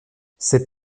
cette